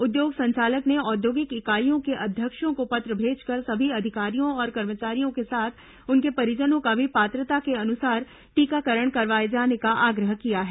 उद्योग संचालक ने औद्योगिक इकाइयों के अध्यक्षों को पत्र भेजकर सभी अधिकारियों और कर्मचारियों के साथ उनके परिजनों का भी पात्रता के अनुसार टीकाकरण करवाए जाने का आग्रह किया है